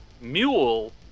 Mule